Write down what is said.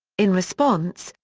in response,